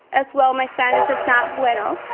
as well my spanish is not bueno.